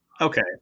okay